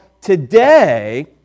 today